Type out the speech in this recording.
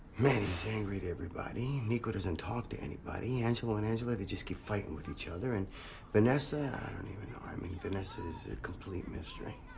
manny's angry at everybody, nico doesn't talk to anybody. angelo and angela, they just keep fighting with each other, and vanessa, i don't even know. i mean, vanessa is a complete mystery.